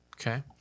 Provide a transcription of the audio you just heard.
Okay